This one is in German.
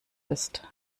ist